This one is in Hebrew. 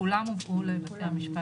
כולם הובאו לבתי המשפט.